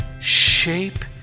shape